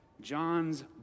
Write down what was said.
John's